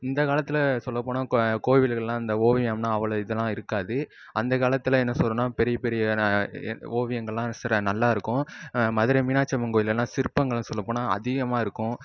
இந்தக்காலத்தில் சொல்லப்போனால் கோவில்களெலாம் இந்த ஓவியம்னால் அவ்வளோ இதெல்லாம் இருக்காது அந்த காலத்தில் என்ன சொல்றதுன்னா பெரியப்பெரிய ஓவியங்களெலாம் சில நல்லாயிருக்கும் மதுரை மீனாட்சியம்மன் கோயிலெல்லாம் சிற்பங்கள் சொல்லப்போனால் அதிகமாக இருக்கும்